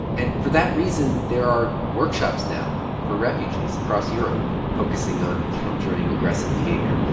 and for that reason, there are workshops now for refugees across europe focusing on countering aggressive behavior,